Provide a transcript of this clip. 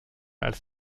als